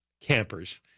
campers